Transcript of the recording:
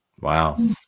Wow